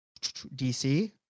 dc